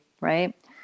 right